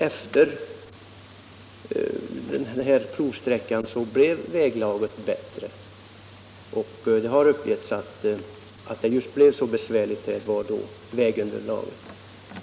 Efter provsträckan blev väglaget bättre, och det har uppgetts att de besvärliga förhållandena berodde just på provsträckans underlag.